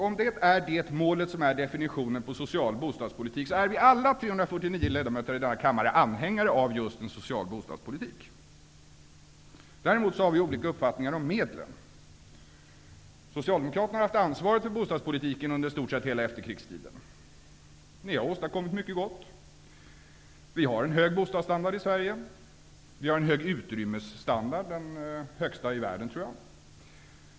Om det är det målet som är definitionen på social bostadspolitik, är vi alla 349 ledamöter i denna kammare anhängare av just en social bostadspolitik. Däremot har vi olika uppfattningar om medlen. Socialdemokraterna har haft ansvaret för bostadspolitiken under i stort sett hela efterkrigstiden. Ni har åstadkommit mycket gott. Vi har en hög bostadsstandard i Sverige. Vi har en god utrymmesstandard, den högsta i världen, tror jag.